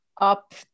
up